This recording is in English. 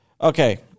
Okay